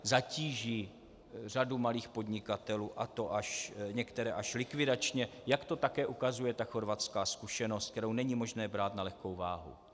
Zatíží řadu malých podnikatelů, a to některé až likvidačně, jak to také ukazuje chorvatská zkušenost, kterou není možné brát na lehkou váhu.